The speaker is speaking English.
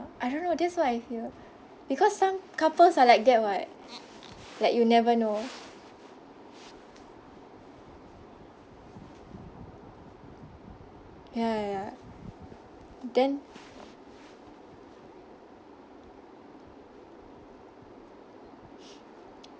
I don't know that's what I feel because some couples are like that [what] like you never know ya ya ya then